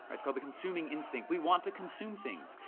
it's called the consuming instinct. we want to consume things.